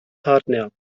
partner